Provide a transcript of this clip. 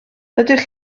ydych